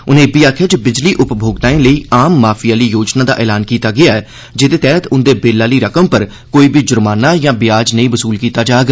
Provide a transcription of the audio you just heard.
उनें इब्बी गलाया जे बिजली उपभोक्ताएं लेई आम माफी आह्ली योजना दा ऐलान कीता गेआ ऐ जेह्दे तैह्त उंदे बिल आह्ली रकम पर कोई बी जुर्माना यां ब्याज नेईं वसूल कीता जाग